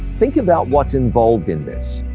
think about what's involved in this.